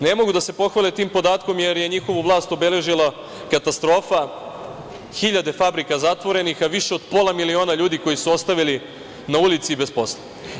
Ne mogu da se pohvale tim podatkom jer je njihovu vlast obeležila katastrofa, hiljade fabrika zatvorenih, više od pola miliona ljudi koje su ostavili na ulici i bez posla.